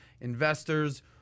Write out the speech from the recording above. investors